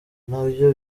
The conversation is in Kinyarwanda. nabyo